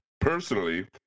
Personally